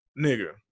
nigga